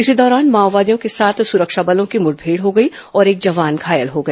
इसी दौरान माओवादियों के साथ सुरक्षा बलों की मुठभेड हो गई और एक जवान घायल हो गया